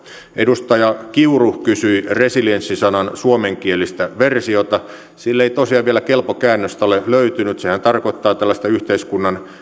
edustaja kiuru kysyi resilienssi sanan suomenkielistä versiota sille ei tosiaan vielä kelpo käännöstä ole löytynyt sehän tarkoittaa tällaista yhteiskunnan